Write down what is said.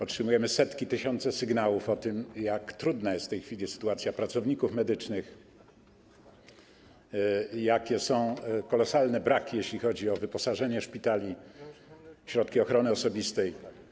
Otrzymujemy setki, tysiące sygnałów o tym, jak trudna jest w tej chwili sytuacja pracowników medycznych, jakie są kolosalne braki, jeśli chodzi o wyposażenie szpitali, środki ochrony osobistej.